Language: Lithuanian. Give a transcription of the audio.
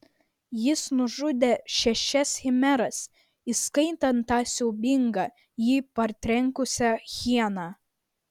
jis nužudė šešias chimeras įskaitant tą siaubingą jį partrenkusią hieną